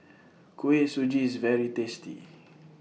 Kuih Suji IS very tasty